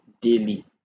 daily